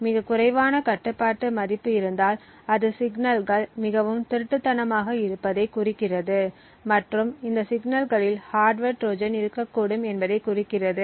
மிக குறைவான கட்டுப்பாட்டு மதிப்பு இருந்தால் அது சிக்னல்கள் மிகவும் திருட்டுத்தனமாக இருப்பதைக் குறிக்கிறது மற்றும் இந்த சிக்னல்களில் ஹார்ட்வர் ட்ரோஜன் இருக்கக்கூடும் என்பதை குறிக்கிறது